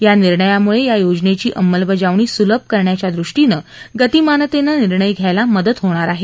या निर्णयामुळे या योजनेची अंमलबजावणी सुलभ करण्याच्या दृष्टीनं गतिमानतेनं निर्णय घ्यायला मदत होणार आहे